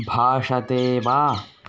भाषते वा